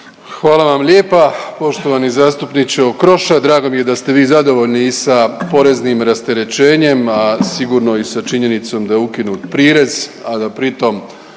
Hvala vam lijepa. Poštovani zastupniče Okroša drago mi je da ste vi zadovoljni i sa poreznim rasterećenjem, a sigurno i sa činjenicom da je ukinut prirez, a da pritom